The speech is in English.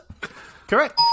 correct